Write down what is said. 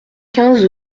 quinze